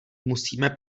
musíme